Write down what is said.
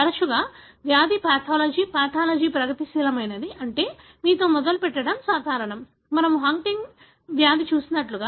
తరచుగా వ్యాధి pathology pathology ప్రగతిశీలమైనది అంటే మీతో మొదలుపెట్టడం సాధారణం మనము హంటింగ్టన్ వ్యాధిని చూసినట్లుగా